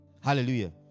Hallelujah